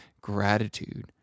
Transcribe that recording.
gratitude